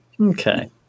Okay